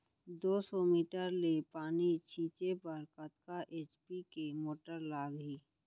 दो सौ मीटर ले पानी छिंचे बर कतका एच.पी के मोटर लागही?